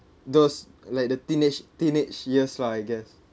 those like the teenage teenage years lah I guess